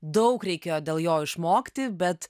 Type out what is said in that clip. daug reikėjo dėl jo išmokti bet